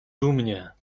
dumnie